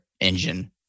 engine